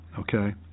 okay